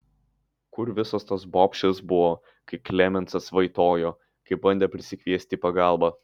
kur visos tos bobšės buvo kai klemensas vaitojo kai bandė prisikviesti į pagalbą